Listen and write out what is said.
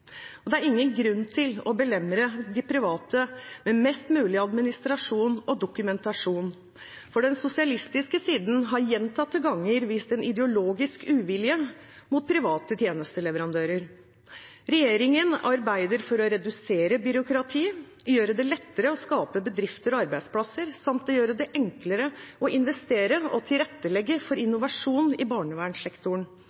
virksomheter. Det er ingen grunn til å belemre de private med mest mulig administrasjon og dokumentasjon. Den sosialistiske siden har gjentatte ganger vist en ideologisk uvilje mot private tjenesteleverandører. Regjeringen arbeider for å redusere byråkrati, gjøre det lettere å skape bedrifter og arbeidsplasser samt gjøre det enklere å investere og tilrettelegge for